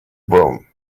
broom